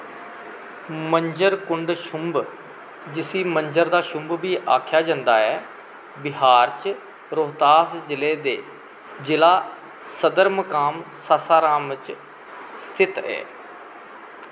मंझर कुंड छुंभ जिसी मंझर दा छुंभ बी आखेआ जंदा ऐ बिहार च रोहतास जि'ले दे जि'ला सदरमकाम सासाराम च स्थित ऐ